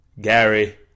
Gary